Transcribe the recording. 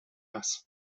ass